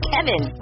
Kevin